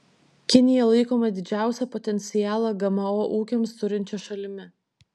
kinija laikoma didžiausią potencialą gmo ūkiams turinčia šalimi